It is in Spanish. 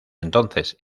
entonces